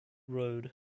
road